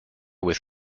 with